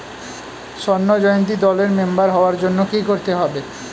স্বর্ণ জয়ন্তী দলের মেম্বার হওয়ার জন্য কি করতে হবে?